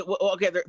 okay